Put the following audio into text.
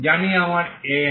জানি আমার An